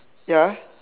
ya